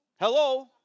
Hello